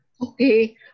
Okay